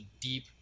deep